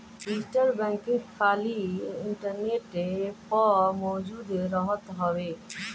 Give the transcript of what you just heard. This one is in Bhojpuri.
डिजिटल बैंकिंग खाली इंटरनेट पअ मौजूद रहत हवे